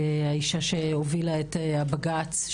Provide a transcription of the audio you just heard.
האישה שהוביל את הבג"ץ,